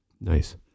nice